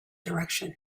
direction